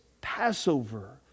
Passover